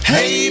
Hey